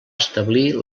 establir